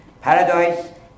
paradise